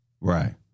Right